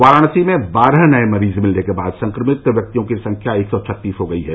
वाराणसी में बारह नए मरीज मिलने के बाद संक्रमित व्यक्तियों की संख्या एक सौ छत्तीस हो गई है